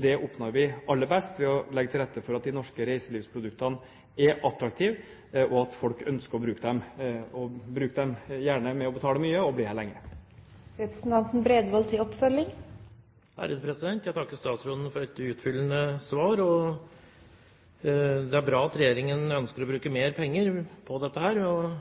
Det oppnår vi aller best ved å legge til rette for at de norske reiselivsproduktene er attraktive, og at folk ønsker å bruke dem – og bruke dem gjerne ved å betale mye og bli her lenge. Jeg takker statsråden for et utfyllende svar. Det er bra at regjeringen ønsker å bruke mer penger på dette,